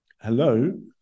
Hello